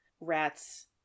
rats